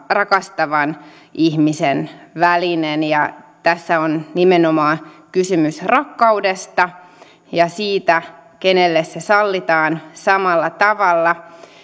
rakastavan ihmisen välinen ja tässä on nimenomaan kysymys rakkaudesta ja siitä kenelle se sallitaan samalla tavalla